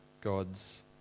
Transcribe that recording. God's